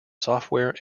software